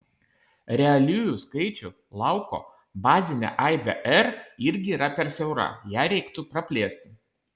realiųjų skaičių lauko bazinė aibė r irgi yra per siaura ją reiktų praplėsti